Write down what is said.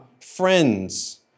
friends